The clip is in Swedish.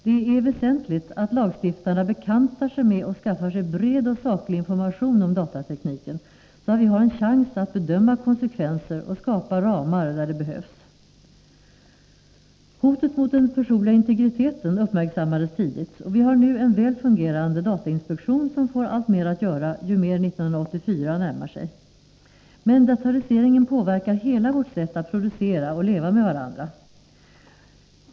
Det är väsentligt att lagstiftarna bekantar sig med och skaffar sig en bred och saklig information om datatekniken, så att vi har en chans att bedöma konsekvenser och skapa ramar där det behövs. Hotet mot den personliga intregriteten uppmärksammades tidigt, och vi har nu en väl fungerande datainspektion, som får alltmer att göra ju mer 1984 närmar sig. Men datoriseringen påverkar hela vårt sätt att producera och leva med varandra.